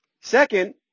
Second